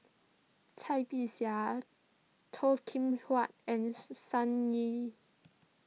Cai Bixia Toh Kim Hwa and Sun Yee